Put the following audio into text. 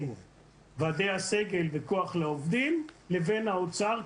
בין ועדי הסגל וכוח לעובדים לבין האוצר,